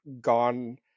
gone